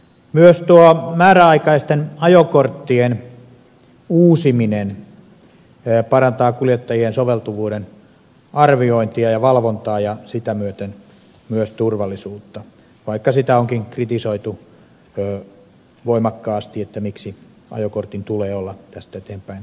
myös määräaikaisten ajokorttien uusiminen parantaa kuljettajien soveltuvuuden arviointia ja valvontaa ja sitä myöten myös turvallisuutta vaikka sitä onkin kritisoitu voimakkaasti miksi ajokortin tulee olla tästä eteenpäin määräaikainen